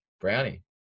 Brownie